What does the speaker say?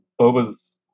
Boba's